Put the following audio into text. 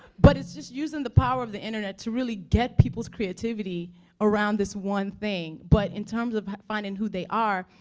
but it's just using the power of the internet to really get people's creativity around this one thing. but in terms of finding who they are,